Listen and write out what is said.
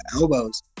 elbows